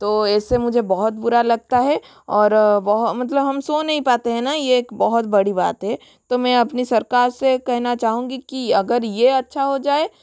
तो एसे मुझे बहुत बुरा लगता है और बहुत मतलब हम सो नहीं पाते हैं न यह एक बहुत बड़ी बात है तो मैं अपनी सरकार से कहना चाहूँगी कि अगर यह अच्छा हो जाए